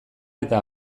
eta